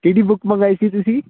ਕਿਹੜੀ ਬੁੱਕ ਮੰਗਵਾਈ ਸੀ ਤੁਸੀਂ